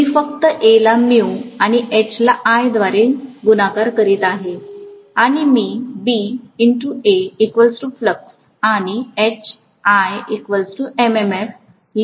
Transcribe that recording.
मी फक्त A ला आणि H ला l व्दारे गुणाकार करीत आहे आणि मी फ्लक्स आणि Hl लिहित आहे